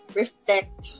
reflect